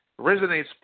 resonates